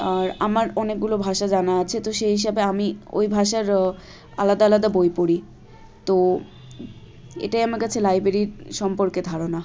আর আমার অনেকগুলো ভাষা জানা আছে তো সেই হিসাবে আমি ওই ভাষার আলাদ আলাদা বই পড়ি তো এটাই আমার কাছে লাইব্রেরির সম্পর্কে ধারণা